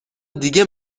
دیگه